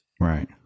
right